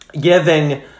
giving